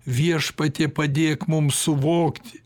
viešpatie padėk mum suvokti